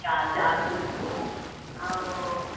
चारि चारि कुल्फ़ियूं ऐं